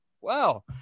wow